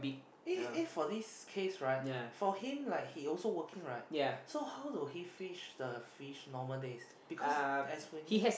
in in for this case right for him like he also working right so how do he fish the fish normal days because as we know